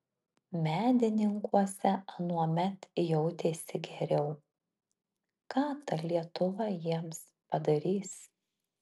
medininkuose anuomet jautėsi geriau ką ta lietuva jiems padarys